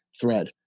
thread